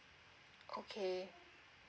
okay